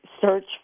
search